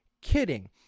kidding